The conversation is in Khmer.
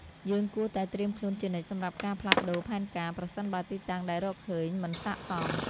យើងគួរតែត្រៀមខ្លួនជានិច្ចសម្រាប់ការផ្លាស់ប្តូរផែនការ ប្រសិនបើទីតាំងដែលរកឃើញមិនស័ក្តិសម។